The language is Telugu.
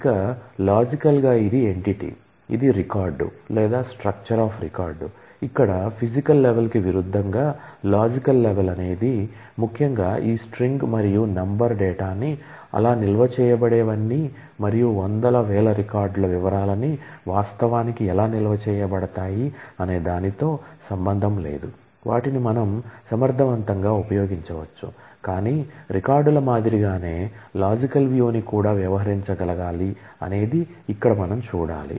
ఇక లాజికల్ గా ఇది ఎంటిటి ని కూడా వ్యవహరించగలగాలి అనేది ఇక్కడ మనం చూడాలి